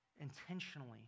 intentionally